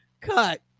cut